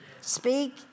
Speak